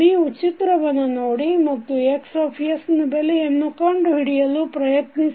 ನೀವು ಚಿತ್ರವನ್ನು ನೋಡಿ ಮತ್ತು Xನ ಬೆಲೆಯನ್ನು ಕಂಡುಹಿಡಿಯಲು ಪ್ರಯತ್ನಿಸಿ